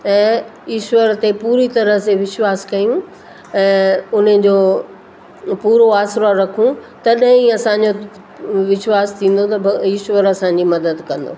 ऐं ईश्वर ते पूरी तरह से विश्वास कयूं ऐं उन जो पूरो आसिरो रखूं तॾहिं ई असांजो विश्वास थींदो त भई ईश्वर असांजी मदद कंदो